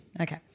Okay